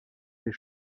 les